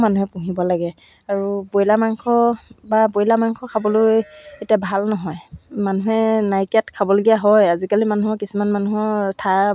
গুঠিছিলোঁ তাৰপিছত মোৰ ভাইটি এটা আছিলে ভাইটিটোকো মই চুৱেটাৰ এটা আকৌ টুপি এটা